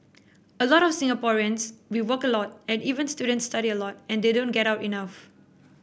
a lot of Singaporeans we work a lot and even students study a lot and they don't get out enough